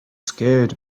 scared